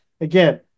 again